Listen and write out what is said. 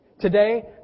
Today